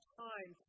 time